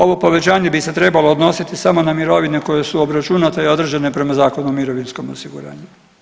Ovo povećanje bi se trebalo odnositi samo na mirovine koje su obračunate i određene prema Zakonu o mirovinskom osiguranju.